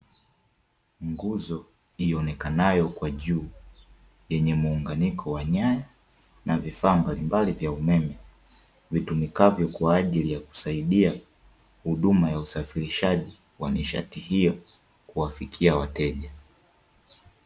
Nguzo ionekanayo kwa juu yenye muunganiko wa nyaya na vifaa mbalimbali vya umeme vitumikavyo kwa ajili ya kusaidia huduma ya usafirishaji wa nishati hiyo kuwafikia wateja .